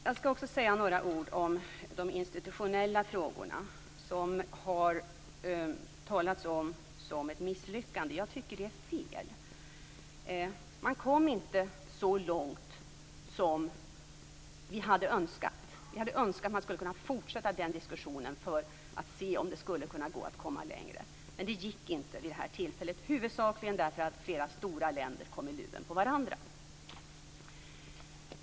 Jag skall också säga några ord om de institutionella frågorna som det har talats om som ett misslyckande. Jag tycker att det är fel. Man kom inte så långt som vi hade önskat. Vi hade önskat att man skulle ha kunnat fortsätta den diskussionen för att se om det hade gått att komma längre, men det gick inte, huvudsakligen därför att flera stora länder kom i luven på varandra.